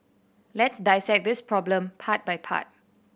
let's dissect this problem part by part